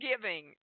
giving